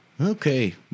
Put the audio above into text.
Okay